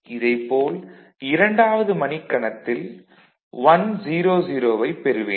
இதைப் போல் இரண்டாவது மணிக் கணத்தில் 100 ஐப் பெறுவேன்